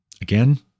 Again